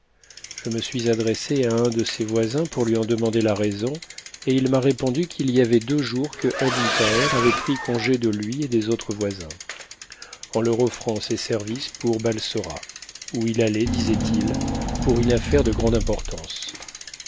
je me suis adressé à un de ses voisins pour lui en demander la raison et il m'a répondu qu'il y avait deux jours que ebn thaher avait pris congé de lui et des autres voisins en leur om'ant ses services pour balsora où il allait disait-il pour une affaire de grande importance